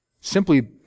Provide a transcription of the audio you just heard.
simply